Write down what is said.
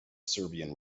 serbian